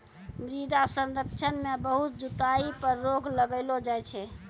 मृदा संरक्षण मे बहुत जुताई पर रोक लगैलो जाय छै